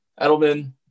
Edelman